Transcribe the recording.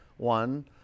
One